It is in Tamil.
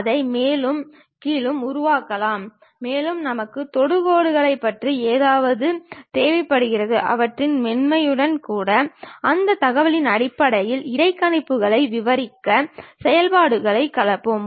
இந்த தளங்களின் தகவல்களையெல்லாம் நம்மால் காட்ட முடிந்தால் அந்த மாதிரியான எறியம் முதல் கோணத் எறியம் என்று அழைக்கப்படுகிறது